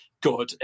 good